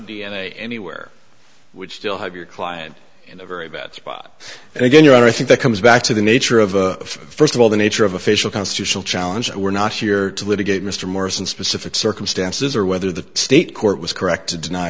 a anywhere would still have your client in a very bad spot and again your honor i think that comes back to the nature of first of all the nature of official constitutional challenge and we're not here to litigate mr morrison specific circumstances or whether the state court was correct to deny